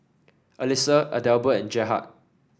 Alissa Adelbert and Gerhard